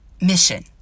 mission